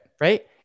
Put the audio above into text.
Right